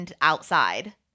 outside